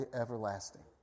everlasting